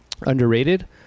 underrated